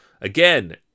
Again